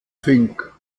fink